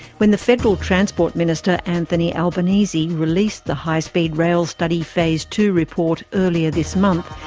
when the federal transport minister anthony albanese released the high speed rail study phase two report earlier this month,